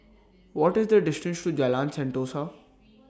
What The distance to Jalan Sentosa